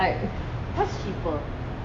like what's cheaper